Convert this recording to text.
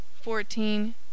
Fourteen